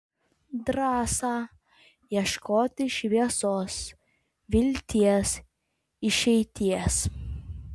drąsa ieškoti šviesos vilties išeities